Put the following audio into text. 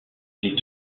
les